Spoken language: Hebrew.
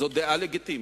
זאת דעה לגיטימית,